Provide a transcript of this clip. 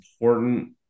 important